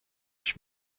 ich